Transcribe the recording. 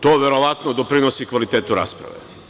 To verovatno doprinosi kvalitetu rasprave.